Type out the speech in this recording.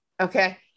Okay